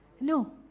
No